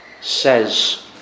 says